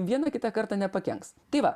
vieną kitą kartą nepakenks tai va